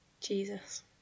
Jesus